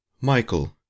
Michael